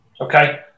Okay